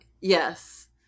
Yes